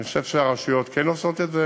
אני חושב שהרשויות כן עושות את זה,